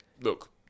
Look